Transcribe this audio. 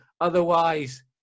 otherwise